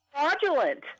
Fraudulent